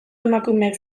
emakumeek